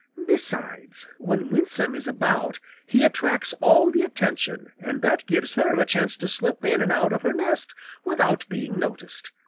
besides, when winsome is about he attracts all the attention and that gives her a chance to slip in and out of her nest without being noticed.